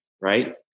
right